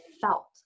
felt